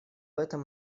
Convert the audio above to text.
этом